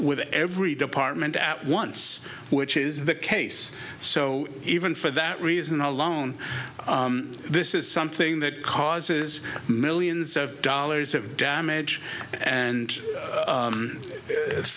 with every department at once which is the case so even for that reason alone this is something that causes millions of dollars of damage and